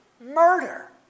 murder